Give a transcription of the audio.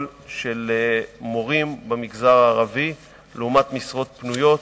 של מורים במגזר הערבי לעומת משרות פנויות.